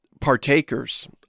partakers